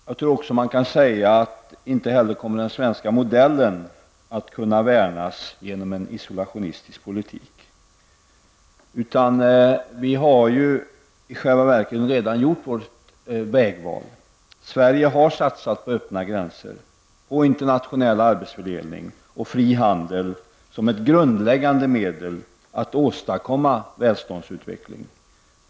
Jag tror inte att den svenska modellen kommer att kunna värnas genom en isolationistisk politik. Vi har i själva verket redan gjort vårt vägval. Sverige har satsat på öppna gränser, internationell arbetsfördelning och fri handel som grundläggande medel att åstadkomma välståndsutveckling.